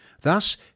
Thus